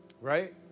right